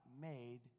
made